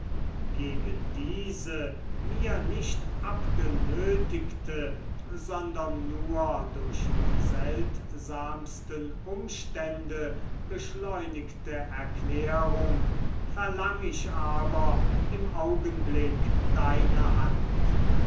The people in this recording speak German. gegen diese mir nicht abgenötigte sondern nur durch die seltsamsten umstände beschleunigte erklärung verlang ich aber im augenblick deine hand